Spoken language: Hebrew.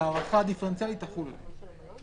ההארכה הדיפרנציאלית תחול עליהם.